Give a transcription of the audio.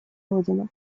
родину